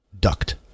Duct